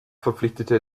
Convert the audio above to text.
verpflichtete